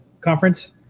conference